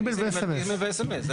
אימייל ו-סמס.